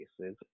cases